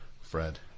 Fred